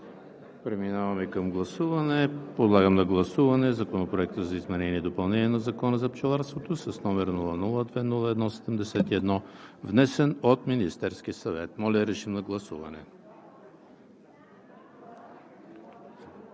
Преминаваме към гласуване. Подлагам на гласуване Законопроект за изменение и допълнение на Закона за пчеларството, № 002-01-71, внесен от Министерския съвет. Гласували